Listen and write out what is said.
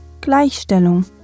gleichstellung